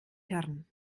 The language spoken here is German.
hirn